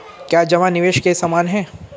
क्या जमा निवेश के समान है?